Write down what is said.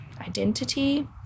identity